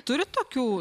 turit tokių